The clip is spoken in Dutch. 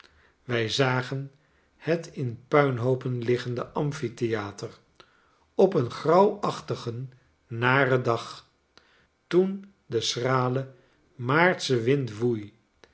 wij zagen het in puinhoopen liggende amphitheater op een grauwachtigen naren dag toen de schrale maartsche wind woei